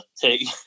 take